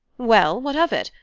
well, what of it?